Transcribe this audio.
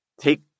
take